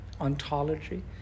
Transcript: ontology